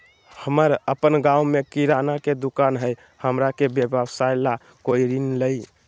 हमर अपन गांव में किराना के दुकान हई, हमरा के व्यवसाय ला कोई ऋण हई?